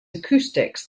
acoustics